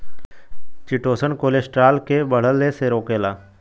chitosan cholesterol के बढ़ले से रोकेला